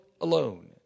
alone